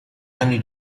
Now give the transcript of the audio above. anni